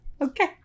Okay